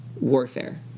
warfare